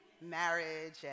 marriage